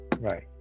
Right